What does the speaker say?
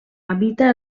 habita